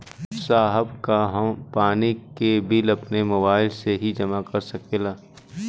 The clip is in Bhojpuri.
साहब का हम पानी के बिल अपने मोबाइल से ही जमा कर सकेला?